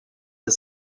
the